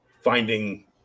finding